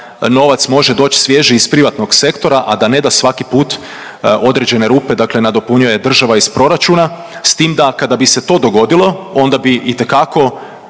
novac može doći svježi iz privatnog sektora, a da ne da svaki put određene rupe, dakle nadopunjuje država iz proračuna. S tim da, kada bi se to dogodilo onda bi itekako